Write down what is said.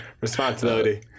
responsibility